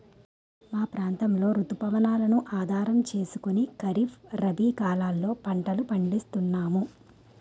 మా ప్రాంతంలో రుతు పవనాలను ఆధారం చేసుకుని ఖరీఫ్, రబీ కాలాల్లో పంటలు పండిస్తున్నాము